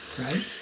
right